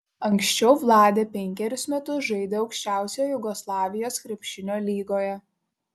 anksčiau vladė penkerius metus žaidė aukščiausioje jugoslavijos krepšinio lygoje